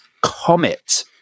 Comet